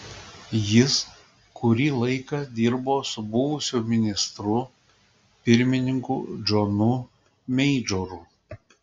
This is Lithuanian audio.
jis kurį laiką dirbo su buvusiu ministru pirmininku džonu meidžoru